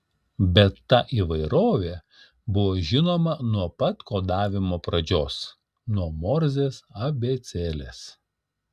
bet ta įvairovė buvo žinoma nuo pat kodavimo pradžios nuo morzės abėcėlės